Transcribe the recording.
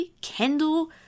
Kendall